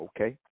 okay